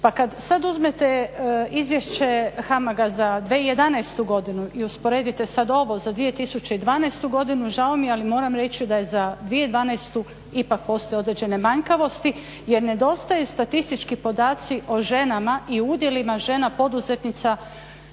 Pa kada sada uzmete izvješće HAMAG-a za 2011.i usporedite sada ovo za 2012.godine žao mi je ali moram reći da je za 2012.ipak postoje određene manjkavosti jer nedostaje statistički podaci o ženama i udjelima žena poduzetnica o